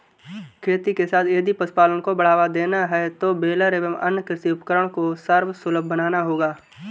खेती के साथ यदि पशुपालन को बढ़ावा देना है तो बेलर एवं अन्य कृषि उपकरण को सर्वसुलभ बनाना होगा